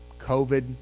COVID